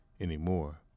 anymore